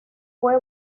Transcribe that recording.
fue